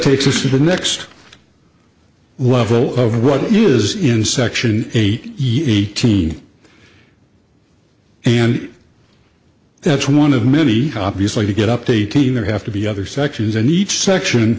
takes us to the next level of what is in section eight yeah eighteen and that's one of many copies like you get up to eighteen there have to be other sections in each section